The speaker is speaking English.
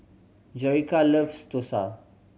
Jerica loves dosa